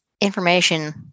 information